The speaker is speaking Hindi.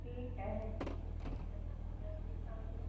ठीक है ऊ